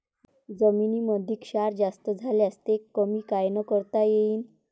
जमीनीमंदी क्षार जास्त झाल्यास ते कमी कायनं करता येईन?